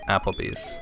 Applebee's